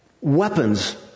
weapons